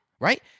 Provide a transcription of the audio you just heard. Right